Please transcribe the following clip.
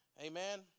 Amen